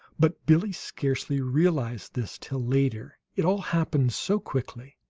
but billie scarcely realized this till later, it all happened so quickly.